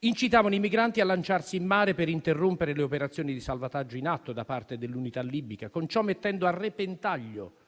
incitavano i migranti a lanciarsi in mare per interrompere le operazioni di salvataggio in atto da parte dell'unità libica, con ciò mettendo a repentaglio